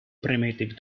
primitive